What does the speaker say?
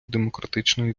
демократичної